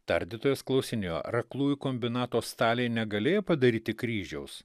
tardytojas klausinėjo ar aklųjų kombinato staliai negalėję padaryti kryžiaus